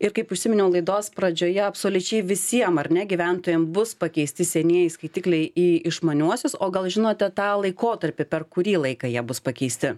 ir kaip užsiminiau laidos pradžioje absoliučiai visiem ar ne gyventojam bus pakeisti senieji skaitikliai į išmaniuosius o gal žinote tą laikotarpį per kurį laiką jie bus pakeisti